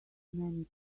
many